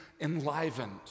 enlivened